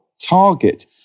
target